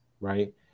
right